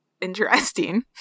interesting